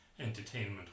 entertainment